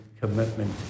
commitment